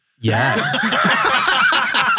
Yes